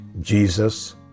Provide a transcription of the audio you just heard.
Jesus